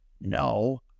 No